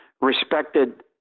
respected